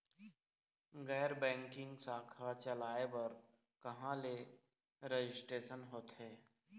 गैर बैंकिंग शाखा चलाए बर कहां ले रजिस्ट्रेशन होथे?